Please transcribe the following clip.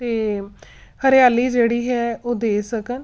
ਅਤੇ ਹਰਿਆਲੀ ਜਿਹੜੀ ਹੈ ਉਹ ਦੇ ਸਕਣ